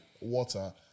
water